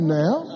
now